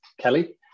Kelly